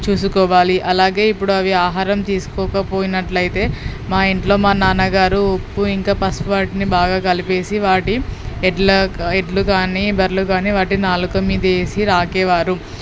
చూసుకోవాలి అలాగే ఇప్పుడు అవి ఆహారం తీసుకోకపోయినట్లయితే మా ఇంట్లో మా నాన్నగారు ఉప్పు ఇంకా పసుపు వాటిని బాగా కలిపేసి వాటి ఎడ్ల ఎడ్లు కాని బర్రెలు కాని వాటి నాలుక మీద వేసి రుద్దెవారు